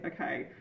okay